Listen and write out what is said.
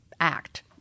act